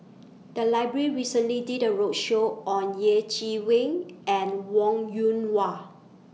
The Library recently did A roadshow on Yeh Chi Wei and Wong Yoon Wah